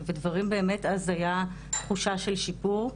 ודברים באמת אז היה תחושה של שיפור.